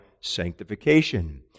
sanctification